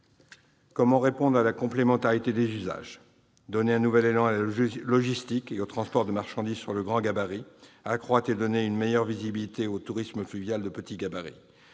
Comment répondre à la complémentarité des usages ? En donnant un nouvel élan à la logistique et au transport de marchandises sur le grand gabarit, en accroissant et en offrant une meilleure visibilité au tourisme fluvial de petit gabarit.